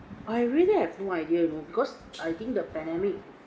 I really have no idea you know cause I think the pandemic